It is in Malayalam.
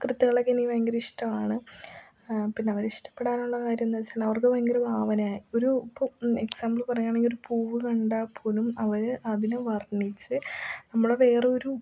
കൃത്തുകളൊക്കെ എനിക്ക് ഭയങ്കരിഷ്ടമാണ് പിന്നവരെ ഇഷ്ടപ്പെടാനുള്ള കാര്യമെന്നു വെച്ചാൽ അവർക്ക് ഭയങ്കര ഭാവനയാണ് ഒരൂ ഇപ്പം എക്സാമ്പിൾ പറയുകയാണെങ്കിൽ ഒരു പൂവ് കണ്ടാൽപ്പോലും അവർ അതിനെ വർണ്ണിച്ച് നമ്മളെ വേറൊരു